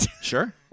sure